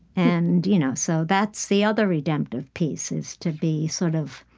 and you know so that's the other redemptive piece is to be sort of